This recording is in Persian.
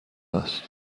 است